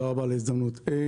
תודה רבה על ההזדמנות לדבר.